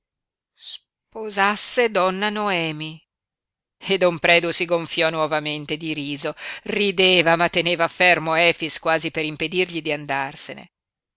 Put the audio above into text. sposasse donna noemi e don predu si gonfiò nuovamente di riso rideva ma teneva fermo efix quasi per impedirgli di andarsene